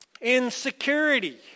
Insecurity